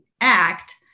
Act